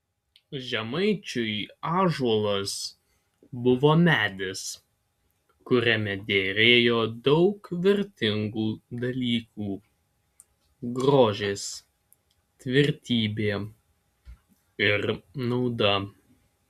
žemaičiui ąžuolas buvo medis kuriame derėjo daug vertingų dalykų grožis tvirtybė ir nauda